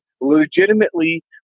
legitimately